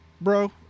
bro